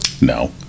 No